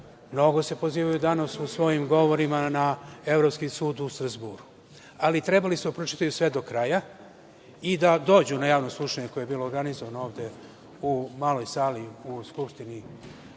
mnogo pozivaju danas u svojim govorima na Evropski sud u Strazburu, ali trebali su da pročitaju sve do kraja i da dođu na javno slušanje koje je bilo organizovano ovde u Maloj sali u Skupštini